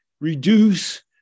reduce